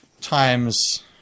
times